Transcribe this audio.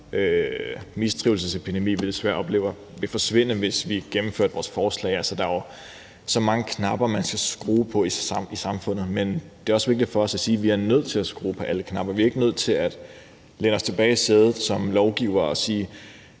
vi desværre oplever, ville forsvinde, hvis vi gennemførte vores forslag. Der er jo så mange knapper, man skal skrue på, i samfundet, men det er også vigtigt for os at sige, at vi er nødt til at skrue på alle knapper. Vi er ikke nødt til at læne os tilbage i sædet som lovgivere og sige: